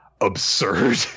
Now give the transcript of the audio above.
absurd